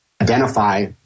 identify